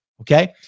Okay